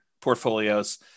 portfolios